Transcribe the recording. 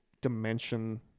dimension